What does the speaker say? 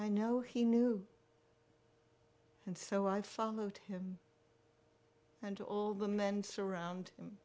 i know he knew and so i followed him and all the men surround